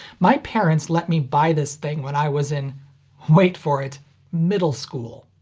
my parents let me buy this thing when i was in wait for it middle school.